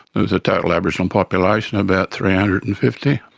there was a total aboriginal population of about three hundred and fifty.